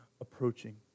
approaching